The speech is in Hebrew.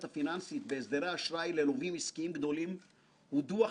הפיננסית בהסדרי אשראי ללווים עסקיים גדולים הוא דוח